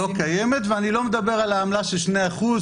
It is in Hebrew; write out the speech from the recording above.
משיג את התכלית שלשמה החוק הזה התקדם.